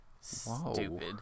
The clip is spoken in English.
Stupid